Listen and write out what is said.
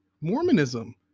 Mormonism